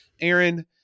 Aaron